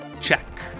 check